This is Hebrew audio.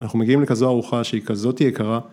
‫אנחנו מגיעים לכזו ארוחה ‫שהיא כזאת יקרה.